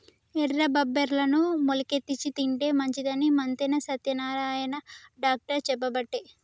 ఎర్ర బబ్బెర్లను మొలికెత్తిచ్చి తింటే మంచిదని మంతెన సత్యనారాయణ డాక్టర్ చెప్పబట్టే